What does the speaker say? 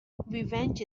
revenge